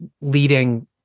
leading